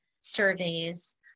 surveys